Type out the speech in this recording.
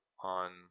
on